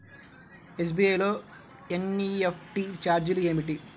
SBI లో NEFT ఛార్జీలు ఏమిటి?